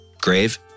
grave